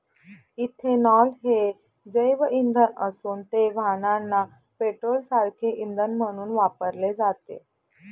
ethanol हे जैवइंधन असून ते वाहनांना पेट्रोलसारखे इंधन म्हणून वापरले जाते